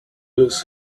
lose